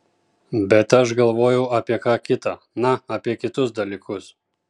bet aš galvojau apie ką kita na apie kitus dalykus